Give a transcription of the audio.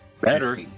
Better